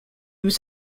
was